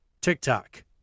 TikTok